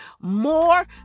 more